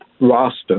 roster